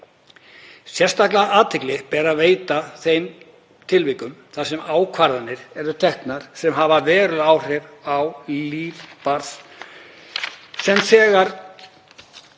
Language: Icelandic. Sérstaka athygli ber að veita þeim tilvikum þar sem ákvarðanir eru teknar sem hafa varanleg áhrif á líf barns, svo sem þegar